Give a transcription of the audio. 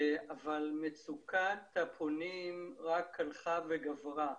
אבל מצוקת הפונים רק הלכה וגברה.